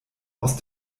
aus